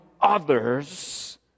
others